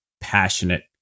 passionate